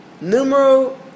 Numero